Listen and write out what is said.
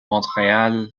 montréal